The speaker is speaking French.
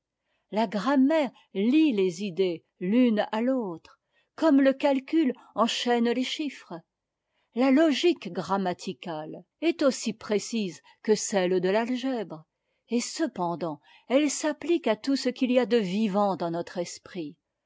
la grammaire lie les idées l'une à l'autre comme à le calcul enchaîne les chiffres la logique grammai ticate est aussi précise que celle de t'atgèbre et it cependant elle s'applique à tout ce qu'il y a de virt vant dans notre esprit